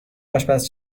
آشپز